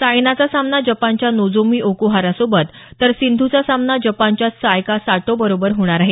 सायनाचा सामना जपानच्या नोजोमी ओक्हारासोबत तर सिंधूचा सामना जपानच्याच सायका साटो बरोबर होणार आहे